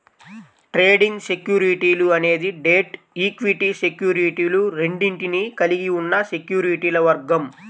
trading సెక్యూరిటీలు అనేది debt, equity సెక్యూరిటీలు రెండింటినీ కలిగి ఉన్న సెక్యూరిటీల వర్గం